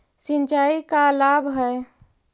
सिंचाई का लाभ है?